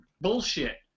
Bullshit